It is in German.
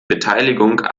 beteiligung